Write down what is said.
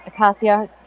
Acacia